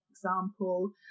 example